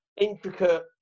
intricate